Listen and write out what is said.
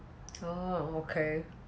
oh okay